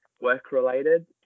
work-related